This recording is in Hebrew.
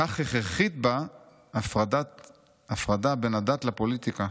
כך הכרחית בה הפרדה בין הדת לפוליטיקה".